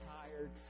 tired